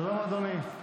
שלום, אדוני.